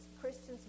Christians